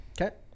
okay